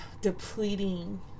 depleting